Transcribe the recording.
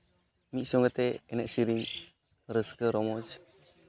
ᱢᱤᱫ ᱥᱚᱝᱜᱮ ᱛᱮ ᱮᱱᱮᱡ ᱥᱮᱨᱮᱧ ᱨᱟᱹᱥᱠᱟᱹ ᱨᱚᱢᱚᱡᱽ